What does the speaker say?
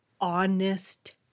honest